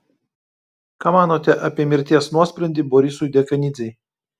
ką manote apie mirties nuosprendį borisui dekanidzei